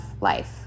life